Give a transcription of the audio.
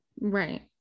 Right